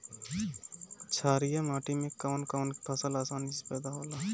छारिया माटी मे कवन कवन फसल आसानी से पैदा होला?